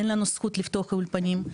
אין לנו זכות לפתוח אולפנים,